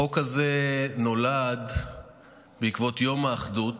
החוק הזה נולד בעקבות יום האחדות,